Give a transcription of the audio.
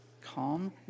calm